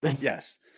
Yes